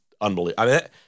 unbelievable